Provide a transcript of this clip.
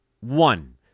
One